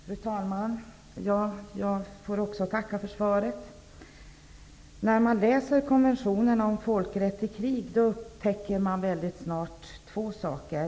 Fru talman! Jag vill också tacka för svaret. När man läser konventionen om folkrätt i krig upptäcker man väldigt snart två saker.